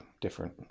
different